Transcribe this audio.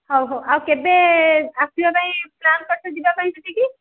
ହଉ ହଉ ଆଉ କେବେ ଆସିବା ପାଇଁ ପ୍ଲାନ୍ କରିଛ ଯିବା ପାଇଁ ସେଠିକି